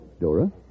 Dora